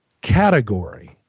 category